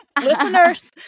Listeners